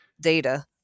data